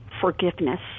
forgiveness